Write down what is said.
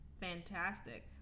fantastic